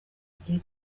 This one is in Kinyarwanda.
igihe